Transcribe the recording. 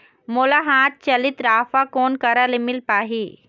मोला हाथ चलित राफा कोन करा ले मिल पाही?